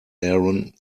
aaron